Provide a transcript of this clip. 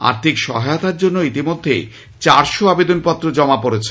আর্থিক সহায়তার জন্য ইতিমধ্যেই চারশো আবেদনপত্র জমা পড়েছে